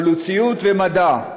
חלוציות ומדע".